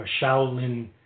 Shaolin